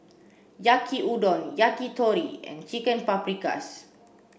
Yaki Udon Yakitori and Chicken Paprikas